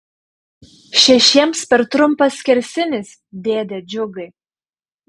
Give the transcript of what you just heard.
šešiems per trumpas skersinis dėde džiugai